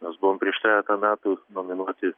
mes buvom prieš trejetą metų nominuoti